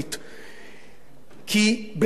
כי באמת לא מדובר רק בערוץ-10,